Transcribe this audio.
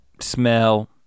smell